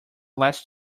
last